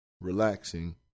relaxing